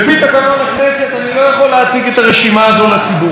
לפי תקנון הכנסת אני לא יכול להציג את הרשימה הזאת לציבור,